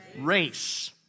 race